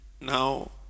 Now